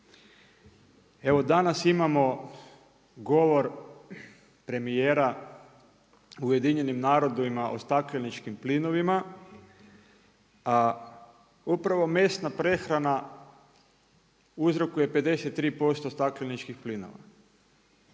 Evo danas imamo govor premijera u UN-u o stakleničkim plinovima, a upravo mesna prehrana uzrokuje 53% stakleničkih plinova,